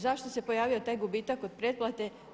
Zašto se pojavio taj gubitak od pretplate?